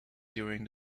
during